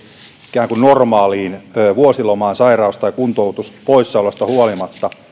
ikään kuin normaaliin vuosilomaan sairaus tai kuntoutuspoissaoloista huolimatta